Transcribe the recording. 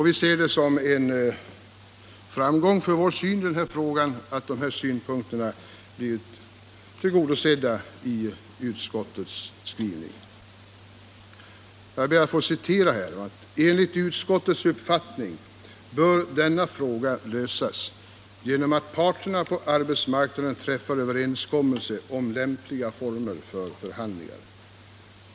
Vi ser det som en framgång för vår syn i denna fråga att dessa synpunkter blivit tillgodosedda i utskottets skrivning, som jag ber att få citera några avsnitt ur: ”Enligt utskottets uppfattning bör denna fråga lösas genom att parterna på arbetsmarknaden träffar överenskommelse om lämpliga former för förhandlingar.